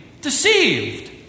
deceived